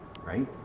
right